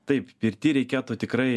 taip pirty reikėtų tikrai